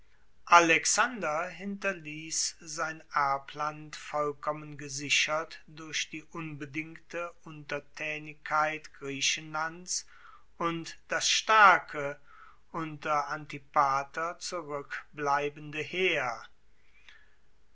alexander hinterliess sein erbland vollkommen gesichert durch die unbedingte untertaenigkeit griechenlands und das starke unter antipater zurueckbleibende heer